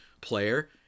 player